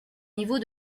niveau